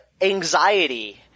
anxiety –